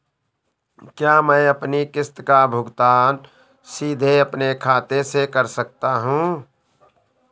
क्या मैं अपनी किश्त का भुगतान सीधे अपने खाते से कर सकता हूँ?